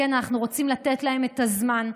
כי אנחנו רוצים לתת להם את הזמן,